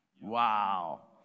Wow